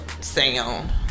sound